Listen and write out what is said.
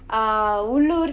uh உள்ளூர்:ullur